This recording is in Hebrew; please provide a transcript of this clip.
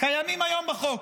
קיימים היום בחוק,